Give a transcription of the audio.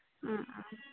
ꯎꯝ ꯎꯝ